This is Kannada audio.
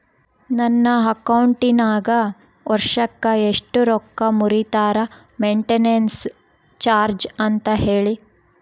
ನನ್ನ ಅಕೌಂಟಿನಾಗ ವರ್ಷಕ್ಕ ಎಷ್ಟು ರೊಕ್ಕ ಮುರಿತಾರ ಮೆಂಟೇನೆನ್ಸ್ ಚಾರ್ಜ್ ಅಂತ ಹೇಳಿ?